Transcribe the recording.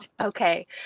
Okay